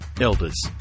Elders